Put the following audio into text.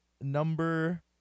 number